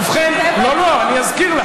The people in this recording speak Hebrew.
אני אזכיר לה,